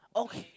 okay